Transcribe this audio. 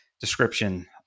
description